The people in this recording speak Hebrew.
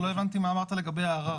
לא הבנתי מה אמרת לגבי הערר,